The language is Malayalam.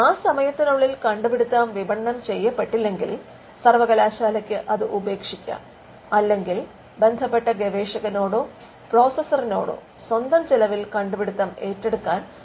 ആ സമയത്തിനുള്ളിൽ കണ്ടുപിടുത്തം വിപണനം ചെയ്യപ്പെട്ടില്ലെങ്കിൽ സർവകലാശാലയ്ക്ക് അത് ഉപേക്ഷിക്കാം അല്ലെങ്കിൽ ബന്ധപ്പെട്ട ഗവേഷകനോടോ പ്രോസസ്സറിനോടോ സ്വന്തം ചെലവിൽ കണ്ടുപിടുത്തം ഏറ്റെടുക്കാൻ ആവശ്യപ്പെടാം